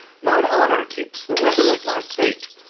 mine honour keeps the weather of my fate.